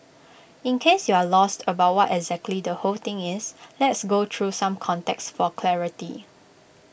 in case you're lost about what exactly the whole thing is let's go through some context for clarity